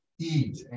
eat